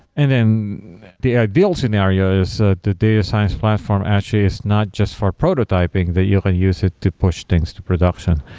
and then the ideal scenario is ah the data science platform actually is not just for prototyping that you can use it to push things to production.